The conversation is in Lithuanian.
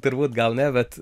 turbūt gal ne bet